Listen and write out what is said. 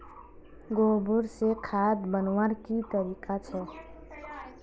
गोबर से खाद बनवार की तरीका छे?